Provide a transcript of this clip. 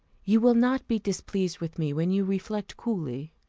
you will not be displeased with me, when you reflect coolly.